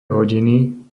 hodiny